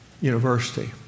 University